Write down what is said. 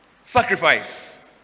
Sacrifice